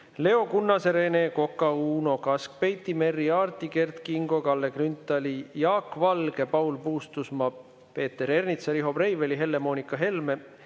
Leo Kunnase, Rene Koka, Uno Kaskpeiti, Merry Aarti, Kert Kingo, Kalle Grünthali, Jaak Valge, Paul Puustusmaa, Peeter Ernitsa, Riho Breiveli, Helle-Moonika Helme,